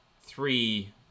three